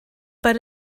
bet